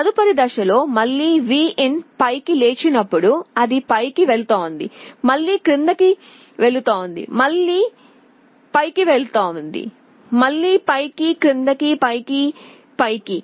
తదుపరి దశలో మళ్ళీ Vin పైకి లేచినప్పుడు అది పైకి వెళ్తుంది మళ్ళీ క్రిందికి వెళ్తుంది మళ్ళీ పైకి వెళ్తుంది మళ్ళీ పైకి క్రిందికి పైకి పైకి